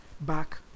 back